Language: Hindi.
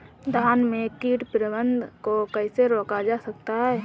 धान में कीट प्रबंधन को कैसे रोका जाता है?